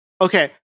Okay